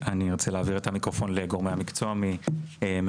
אני ארצה להעביר את המיקרופון לגורמי המקצוע מהטאבו,